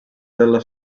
della